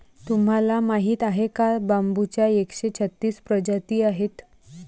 तुम्हाला माहीत आहे का बांबूच्या एकशे छत्तीस प्रजाती आहेत